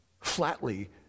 flatly